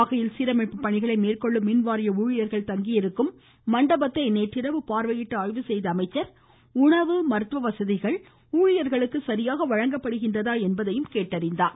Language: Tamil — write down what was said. நாகையில் சீரமைப்பு பணிகளை மேற்கொள்ளும் மின் வாரிய ஊழியர்கள் தங்கியிருக்கும் மண்டபத்தை நேற்றிரவு பார்வையிட்டு ஆய்வு செய்த அவர் உணவு மருத்துவ வசதிகள் ஊழியர்களுக்கு சரியாக வழங்கப்படுகிறதா என்பதையும் கேட்டறிந்தார்